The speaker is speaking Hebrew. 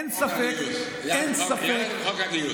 תראה את חוק הגיוס.